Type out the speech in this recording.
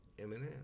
Eminem